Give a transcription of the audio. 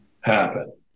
happen